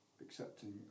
accepting